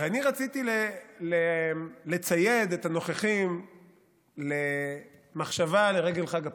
אני רציתי לצייד את הנוכחים במחשבה לרגל חג הפסח.